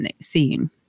seeing